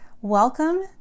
welcome